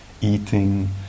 eating